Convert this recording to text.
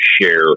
share